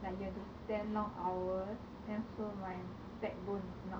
like you have to stand long hours and also my backbone is not